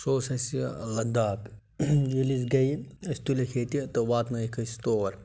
سُہ اوس اَسہِ لداخ ییٚلہِ أسۍ گٔیہِ أسۍ تُلِکھ ییٚتہِ تہِ واتنٲیکھ أسۍ تور